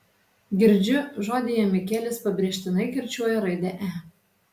girdžiu žodyje mikelis pabrėžtinai kirčiuoja raidę e